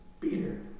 Peter